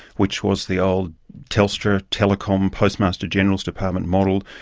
which was the old telstra-telecom-postmaster-general's department model,